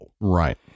Right